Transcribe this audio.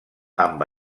amb